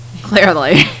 Clearly